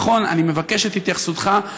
אני באמת רוצה לנצל את הבמה הזאת ולשאול אותך שאלה